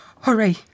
Hurry